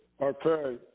Okay